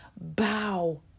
bow